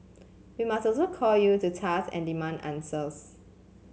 we must also call you to task and demand answers